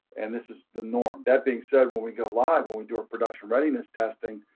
and this is the norm. that being said, when we go live, when we do our production readiness testing,